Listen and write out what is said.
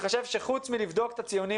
יש לבדוק את הציונים